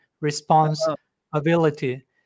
responsibility